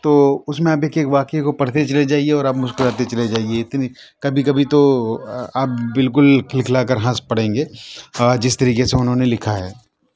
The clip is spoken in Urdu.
تو اُس میں آپ ایک ایک واقعے کو پڑھتے چلے جائیے اور آپ مسکراتے چلے جائیے اتنی کبھی کبھی تو آپ بالکل کِھلکِھلا کر ہنس پڑیں گے جِس طریقہ سے اُنہوں نے لکھا ہے